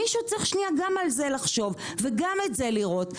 מישהו צריך לחשוב גם על זה ולראות גם את זה.